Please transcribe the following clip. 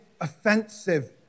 offensive